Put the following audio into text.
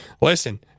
listen